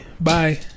Bye